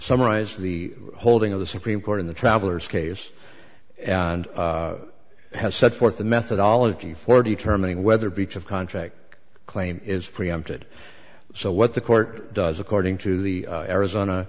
summarized the holding of the supreme court in the traveller's case and has set forth the methodology for determining whether beach of contract claim is preempted so what the court does according to the arizona